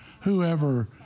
whoever